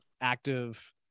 active